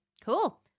Cool